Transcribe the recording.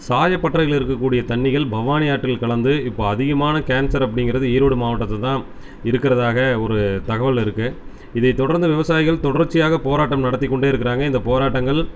சாயப்பட்டறையில் இருக்கக்கூடிய தண்ணிகள் பவானி ஆற்றில் கலந்து இப்போ அதிகமான கேன்சர் அப்படிங்குறது ஈரோடு மாவட்டத்தில் தான் இருக்கிறதாக ஒரு தகவல் இருக்குது இதை தொடர்ந்து விவசயிகள் தொடர்ச்சியாகப் போராட்டம் நடத்திக் கொண்டே இருக்கிறாங்க இந்த போராட்டங்கள்